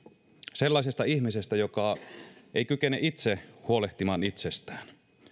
sellaisesta ihmisestä joka ei kykene itse huolehtimaan itsestään